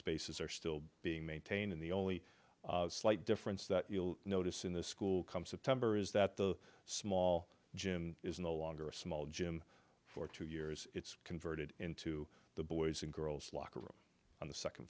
spaces are still being maintained in the only slight difference that you'll notice in the school come september is that the small gym is no longer a small gym for two years it's converted into the boys and girls locker room on the second